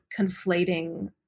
conflating